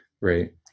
right